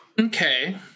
Okay